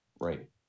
right